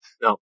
No